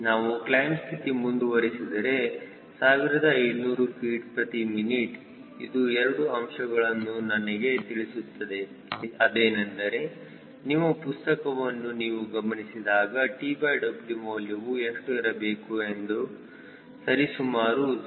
ನಾವು ಕ್ಲೈಮ್ ಸ್ಥಿತಿ ಮುಂದುವರಿಸಿದರೆ 1500 ftmin ಇದು ಎರಡು ಅಂಶಗಳನ್ನು ನನಗೆ ತಿಳಿಸುತ್ತದೆ ಅದೇನೆಂದರೆ ನಿಮ್ಮ ಪುಸ್ತಕವನ್ನು ನೀವು ಗಮನಿಸಿದಾಗ TW ಮೌಲ್ಯವು ಎಷ್ಟು ಇರಬೇಕು ಎಂದರೆ ಸರಿಸುಮಾರು 0